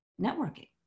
networking